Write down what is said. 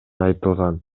айтылган